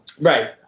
Right